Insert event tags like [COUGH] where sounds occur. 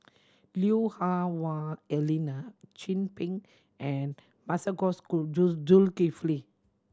Lui Hah Wah Elena Chin Peng and Masagos [UNINTELLIGIBLE] Zulkifli